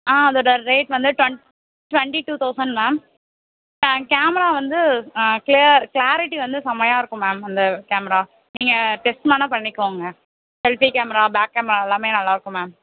ஆ அதோட ரேட் வந்து twenty two thousand ma'am camera வந்து க்ளியர் க்ளாரிட்டி வந்து செம்மையா இருக்கும் மேம் அந்த கேமரா நீங்கள் டெஸ்ட் வேணா பண்ணிக்கோங்க quality side camera back camera எல்லாமே நல்லா இருக்கும் மேம்